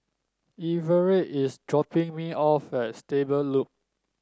Everette is dropping me off at Stable Loop